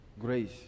Grace